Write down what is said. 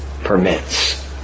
permits